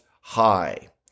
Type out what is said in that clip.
high